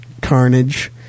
carnage